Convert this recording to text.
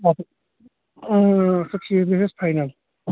پَتہٕ آ اکھ ہَتھ شیٖتھ گژھِ فاینل